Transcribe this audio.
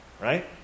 right